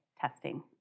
testing